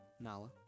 Nala